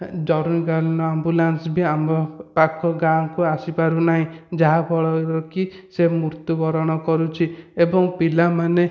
ଜରୁରୀ କାଳୀନ ଆମ୍ବୁଲାନ୍ସ ବି ଆମ ପାଖ ଗାଁକୁ ଆସି ପାରୁନାହିଁ ଯାହା ଫଳରେ କି ସେ ମୃତ୍ୟୁବରଣ କରୁଛି ଏବଂ ପିଲା ମାନେ